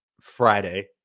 Friday